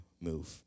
move